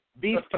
beef